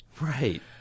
Right